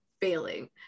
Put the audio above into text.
failing